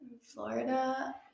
Florida